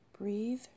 Breathe